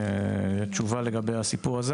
תשובה לגבי הסיפור הזה,